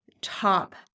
top